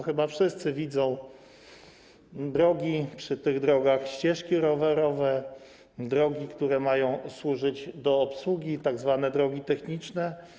Chyba wszyscy widzą drogi, przy tych drogach ścieżki rowerowe, drogi, które mają służyć do obsługi, tzw. drogi techniczne.